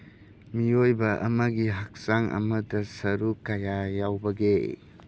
ꯃꯤꯑꯣꯏꯕ ꯑꯃꯒꯤ ꯍꯛꯆꯥꯡ ꯑꯃꯗ ꯁꯔꯨ ꯀꯌꯥ ꯌꯥꯎꯕꯒꯦ